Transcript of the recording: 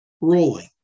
rolling